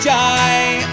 die